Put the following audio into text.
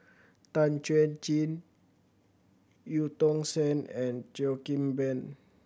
Tan Chuan Jin Eu Tong Sen and Cheo Kim Ban